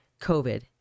covid